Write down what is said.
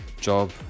job